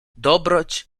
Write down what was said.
dobroć